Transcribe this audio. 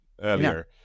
earlier